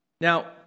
Now